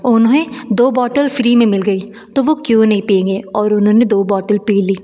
उन्हें दो बोतल फ्री में मिल गई तो वह क्यों नहीं पिएंगे और उन्होंने दो बोतल पी ली